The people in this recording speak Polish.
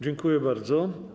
Dziękuję bardzo.